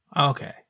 Okay